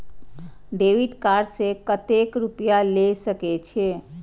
Debit card से कतेक रूपया ले सके छै?